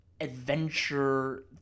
adventure